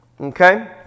okay